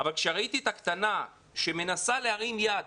אבל כשראיתי את הקטנה שמנסה להרים יד,